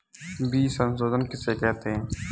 बीज शोधन किसे कहते हैं?